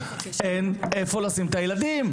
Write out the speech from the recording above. אין איפה לשים את הילדים.